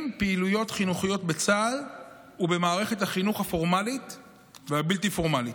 פעילויות חינוכיות בצה"ל ובמערכות החינוך הפורמלית והבלתי-פורמלית.